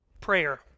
prayer